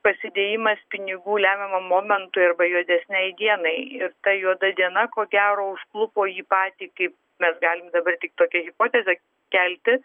pasidėjimas pinigų lemiamam momentui arba juodesnei dienai ir ta juoda diena ko gero užklupo jį patį kaip mes galime dabar tik tokia hipotezė kelti